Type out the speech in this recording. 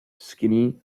skinny